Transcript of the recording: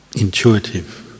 intuitive